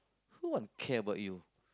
who want to care about you